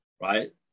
Right